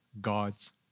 God's